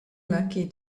lucky